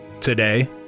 Today